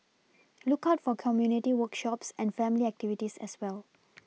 look out for community workshops and family activities as well